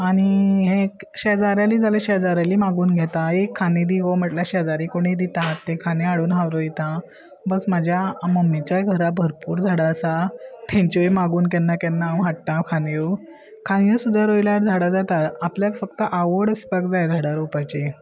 आनी हें शेजाऱ्याली जाल्यार शेजाऱ्याली मागून घेता एक खांदी दी गो म्हटल्यार शेजारी कोणीय दिता ते खाने हाडून हांव रोयता बस म्हाज्या मम्मीच्याय घरा भरपूर झाडां आसा तांच्योय मागून केन्ना केन्ना हांव हाडटा खांदय खांदयो सुद्दां रोयल्यार झाडां जाता आपल्याक फक्त आवड आसपाक जाय झाडां रोवपाची